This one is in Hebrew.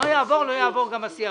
אם הוא לא יעבור, לא יעבור גם ה-CRS.